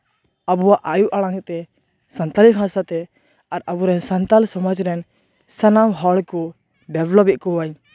ᱟᱵᱚᱣᱟᱜ ᱟᱭᱳ ᱟᱲᱟᱝᱛᱮ ᱥᱟᱱᱛᱟᱲᱤ ᱵᱷᱟᱥᱟᱛᱮ ᱟᱨ ᱟᱵᱚ ᱨᱮᱱ ᱥᱟᱱᱛᱟᱞ ᱥᱚᱢᱟᱡᱽ ᱨᱮᱱ ᱥᱟᱱᱟᱢ ᱦᱚᱲ ᱠᱚ ᱰᱮᱵᱷᱞᱚᱯ ᱮᱫ ᱠᱚᱣᱟᱹᱧ